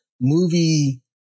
movie